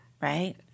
right